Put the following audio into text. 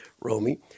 Romy